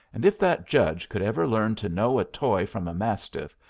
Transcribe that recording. and if that judge could ever learn to know a toy from a mastiff,